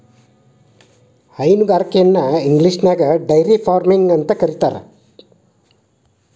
ಹೈನುಗಾರಿಕೆನ ಇಂಗ್ಲಿಷ್ನ್ಯಾಗ dairy farming ಅಂತ ಕರೇತಾರ